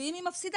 ואם היא מפסיקה,